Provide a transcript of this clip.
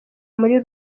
muri